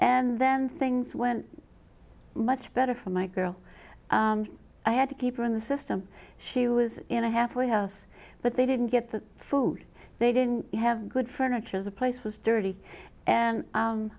and then things went much better for my girl i had to keep her in the system she was in a halfway house but they didn't get the food they didn't have good furniture the place was dirty and